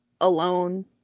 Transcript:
alone